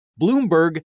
Bloomberg